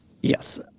Yes